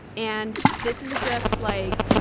and this is just like,